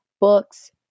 books